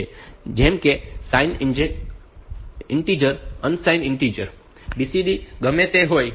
જેમ કે તે sign integer unsigned integer BCD ASCII ગમે તે હોય